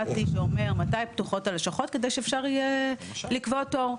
שאומר מתי פתוחות הלשכות כדי שאפשר יהיה לקבוע תור.